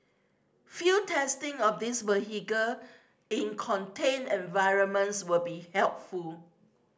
field testing of these vehicle in contained environments will be helpful